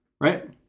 Right